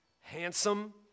handsome